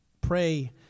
pray